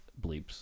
bleeps